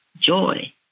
joy